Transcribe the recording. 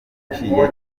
yaciye